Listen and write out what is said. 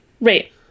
Right